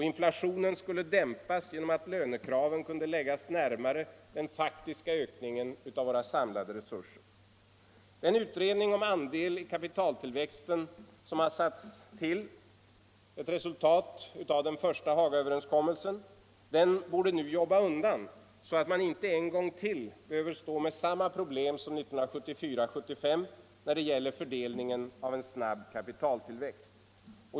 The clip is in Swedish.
Inflationen skulle dimpas genom att lönekraven kunde läggas närmare den faktiska ökningen av våra samlade resurser. Den utredning om andel i kapitaltillväxten som har tillsatts — ett resultat av den första Hagaöverenskommelsen — borde nu jobba undan, så att man inte en gång till behöver stå med samma problem som 1974-1975 när det gäller fördelningen av en snabb kapitaltillväxt.